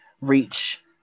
reach